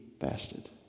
fasted